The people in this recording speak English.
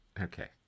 Okay